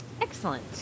excellent